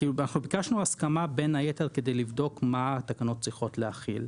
אנחנו ביקשנו הסכמה בין היתר כדי לבדוק מה התקנות צריכות להכיל.